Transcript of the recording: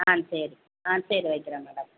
ஆ சரி ஆ சரி வைக்கிறேன் மேடம்